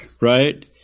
right